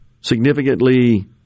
significantly